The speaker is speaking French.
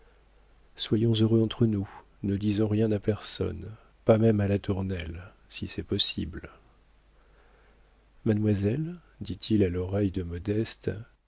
soyons heureux entre nous ne disons rien à personne pas même à latournelle si c'est possible mademoiselle dit-il à l'oreille de modeste